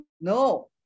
no